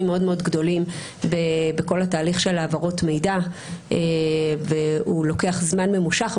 מאוד מאוד גדולים בכל התהליך של העברות מידע והוא לוקח זמן ממושך.